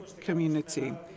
community